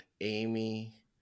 Amy